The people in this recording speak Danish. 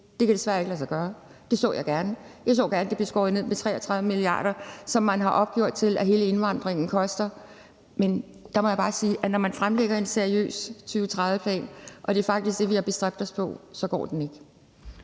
Det kan desværre ikke lade sig gøre. Det så jeg gerne. Jeg så gerne, at det blev skåret ned med 33 mia. kr., som er det, man har opgjort at hele indvandringen koster. Men der må jeg bare sige, at når man fremlægger en seriøs 2030-plan – og det er faktisk det, vi har bestræbt os på – så går den ikke.